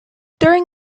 during